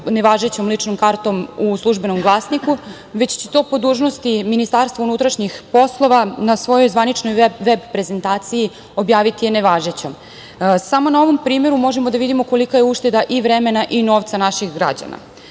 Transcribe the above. nevažećom ličnu kartu u „Službenom glasniku“, već će to po dužnosti MUP na svojoj zvaničnoj veb prezentaciji objaviti je nevažećom. Samo na ovom primeru možemo da vidimo kolika je ušteda i vremena i novca naših građana.